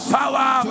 power